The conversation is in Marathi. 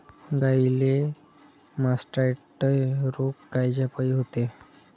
गाईले मासटायटय रोग कायच्यापाई होते?